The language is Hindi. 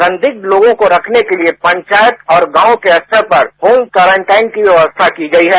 संदिग्ध लोगों को रखनेके लिये पंचायत और गांव के स्तर पर होम क्यारन्टाइन की व्यवस्था की गई है